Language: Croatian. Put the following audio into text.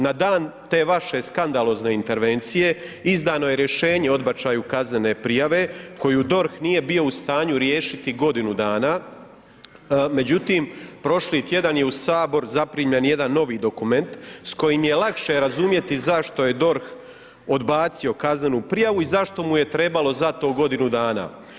Na dan te vaše skandalozne intervencije, izdano je rješenje o odbačaju kaznene prijave koju DORH nije bio u stanju riješiti godinu dana međutim, prošli tjedan je u Sabor zaprimljen jedan novi dokument s kojim se lakše razumjeti zašto je DORH odbacio kaznenu prijavu i zašto mu je trebalo za to godinu dana.